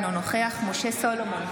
אינו נוכח משה סולומון,